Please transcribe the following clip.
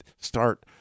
start